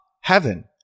heaven